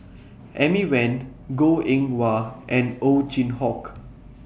Amy Van Goh Eng Wah and Ow Chin Hock